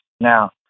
Now